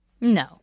No